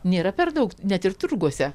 nėra per daug net ir turguose